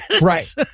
Right